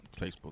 Facebook